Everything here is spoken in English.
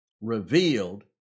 revealed